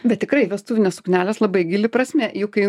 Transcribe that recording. bet tikrai vestuvinės suknelės labai gili prasmė juk kai